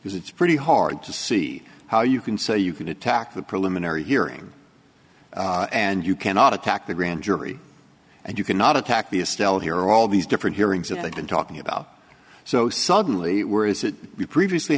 because it's pretty hard to see how you can say you can attack the preliminary hearing and you cannot attack the grand jury and you cannot attack the astelin here all these different hearings that i've been talking about so suddenly were we previously